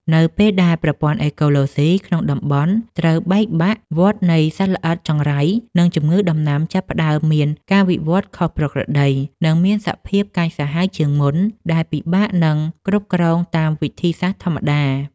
នៅពេលដែលប្រព័ន្ធអេកូឡូស៊ីក្នុងតំបន់ត្រូវបែកបាក់ វដ្តនៃសត្វល្អិតចង្រៃ និងជំងឺដំណាំចាប់ផ្ដើមមានការវិវត្តខុសប្រក្រតី និងមានសភាពកាចសាហាវជាងមុន ដែលពិបាកនឹងគ្រប់គ្រងតាមវិធីសាស្រ្តធម្មតា។